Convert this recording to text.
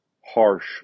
harsh